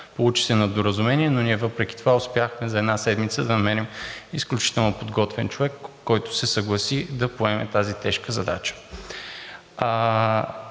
Получи се недоразумение, но ние въпреки това успяхме за една седмица да намерим изключително подготвен човек, който се съгласи да поеме тази тежка задача.